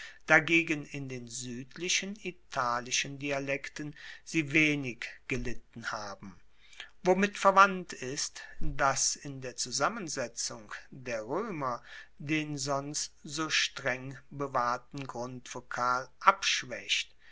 dagegen in den suedlichen italischen dialekten sie wenig gelitten haben womit verwandt ist dass in der zusammensetzung der roemer den sonst so streng bewahrten grundvokal abschwaecht